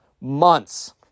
months